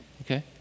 Okay